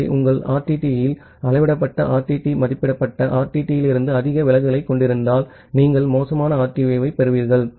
ஆகவே உங்கள் ஆர்டிடியில் அளவிடப்பட்ட RTT மதிப்பிடப்பட்ட RTTயிலிருந்து அதிக விலகலைக் கொண்டிருந்தால் நீங்கள் மோசமான RTOவைப் பெறுவீர்கள்